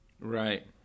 Right